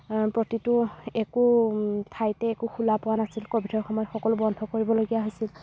প্ৰতিটো একো ঠাইতে একো খোলা পোৱা নাছিলো ক'ভিডৰ সময়ত সকলো বন্ধ কৰিবলগীয়া হৈছিল